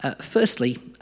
Firstly